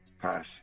Pass